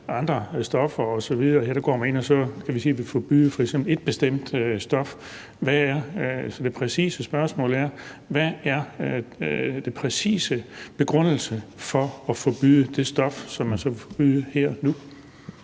andre stoffer osv. Her går man ind og vil forbyde f.eks. et bestemt stof. Mit spørgsmål er: Hvad er den præcise begrundelse for at forbyde det stof, som man så vil forbyde her og